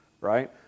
right